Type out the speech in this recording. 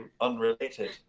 unrelated